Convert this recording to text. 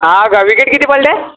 हा का विकेट किती पडल्या